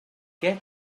què